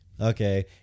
Okay